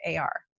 AR